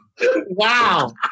Wow